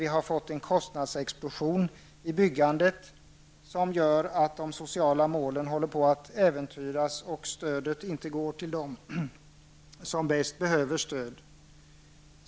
Vi har fått en kostnadsexplosion i byggandet som gör att de sociala målen håller på att äventyras och att stödet inte går till dem som bäst behöver det.